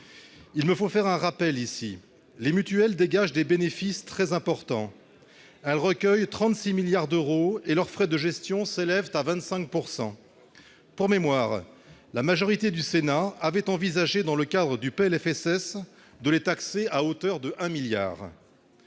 Il me faut faire un rappel ici. Les mutuelles dégagent des bénéfices très importants : elles recueillent 36 milliards d'euros et leurs frais de gestion s'élèvent à 25 %. Pour mémoire, la majorité du Sénat avait envisagé, dans le cadre du projet de loi de financement de la